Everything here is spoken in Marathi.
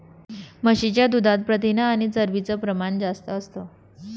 म्हशीच्या दुधात प्रथिन आणि चरबीच प्रमाण जास्त असतं